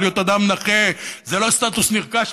ולהיות אדם נכה זה לא סטטוס נרכש.